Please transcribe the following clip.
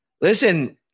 listen